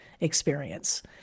experience